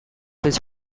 his